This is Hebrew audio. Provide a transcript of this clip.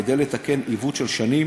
כדי לתקן עיוות של שנים,